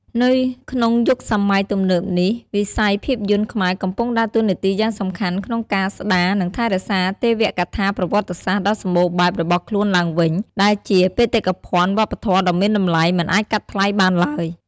នៅក្នុងយុគសម័យទំនើបនេះ វិស័យភាពយន្តខ្មែរកំពុងដើរតួនាទីយ៉ាងសំខាន់ក្នុងការស្ដារ និងថែរក្សាទេវកថាប្រវត្តិសាស្ត្រដ៏សម្បូរបែបរបស់ខ្លួនឡើងវិញ ដែលជាបេតិកភណ្ឌវប្បធម៌ដ៏មានតម្លៃមិនអាចកាត់ថ្លៃបានឡើយ។